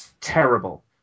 terrible